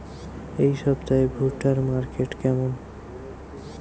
এই সপ্তাহে ভুট্টার মার্কেট কেমন?